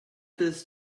this